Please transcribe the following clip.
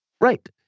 Right